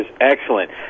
excellent